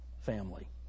family